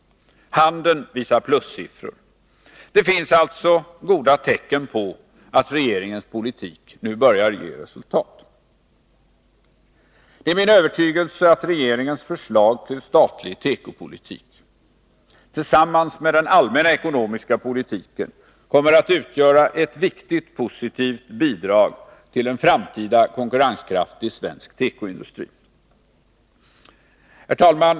Handeln visar plussiffror. Det finns alltså goda tecken på att regeringens politik nu börjar ge resultat. Det är min övertygelse att regeringens förslag till statlig tekopolitik tillsammans med den allmänna ekonomiska politiken kommer att utgöra ett viktigt positivt bidrag till en framtida konkurrenskraftig svensk tekoindustri. Herr talman!